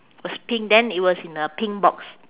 was pink then it was in a pink box